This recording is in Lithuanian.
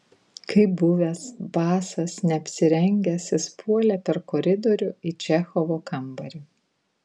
kaip buvęs basas neapsirengęs jis puolė per koridorių į čechovo kambarį